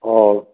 और